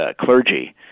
clergy